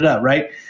right